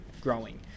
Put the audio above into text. growing